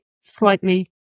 slightly